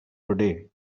today